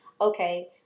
okay